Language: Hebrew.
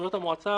זאת אומרת, המועצה